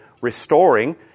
restoring